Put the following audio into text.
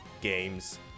games